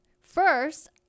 first